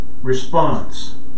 response